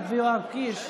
את ויואב קיש.